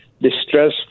distress